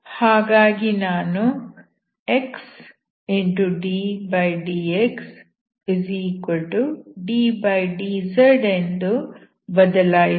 ಹಾಗಾಗಿ ನಾನು xddxddz ಎಂದು ಬದಲಾಯಿಸಬಹುದು